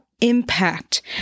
impact